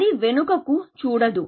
అది వెనుకకు చూడదు